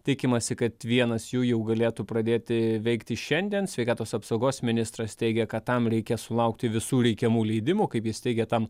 tikimasi kad vienas jų jau galėtų pradėti veikti šiandien sveikatos apsaugos ministras teigė kad tam reikia sulaukti visų reikiamų leidimų kaip jis teigė tam